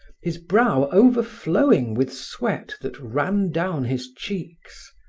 his brow overflowing with sweat that ran down his cheeks.